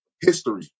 history